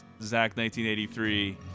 Zach1983